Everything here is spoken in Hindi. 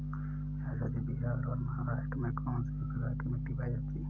चाचा जी बिहार और महाराष्ट्र में कौन सी प्रकार की मिट्टी पाई जाती है?